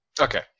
Okay